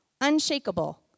Unshakable